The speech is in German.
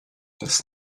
das